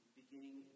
beginning